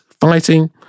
fighting